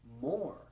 more